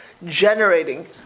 generating